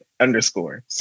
underscore